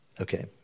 Okay